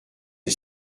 est